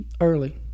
early